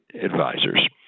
Advisors